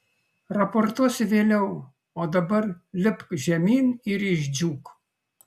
raportuosi vėliau o dabar lipk žemyn ir išdžiūk